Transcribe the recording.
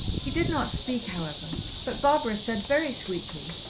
he did not speak, however but barbara said very sweetly,